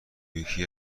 یکی